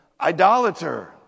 idolater